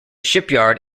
shipyard